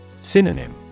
Synonym